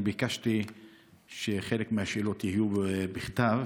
אני ביקשתי שחלק מהשאלות יהיו בכתב,